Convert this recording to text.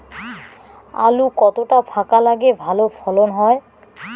আলু কতটা ফাঁকা লাগে ভালো ফলন হয়?